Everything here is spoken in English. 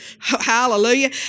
Hallelujah